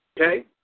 okay